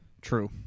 True